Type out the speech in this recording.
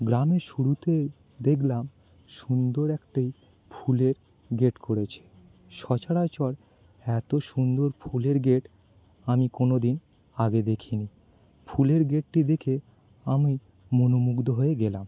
গ্রামের শুরুতে দেখলাম সুন্দর একটি ফুলের গেট করেছে সচরাচর এত সুন্দর ফুলের গেট আমি কোনো দিন আগে দেখিনি ফুলের গেটটি দেখে আমি মনোমুগ্ধ হয়ে গেলাম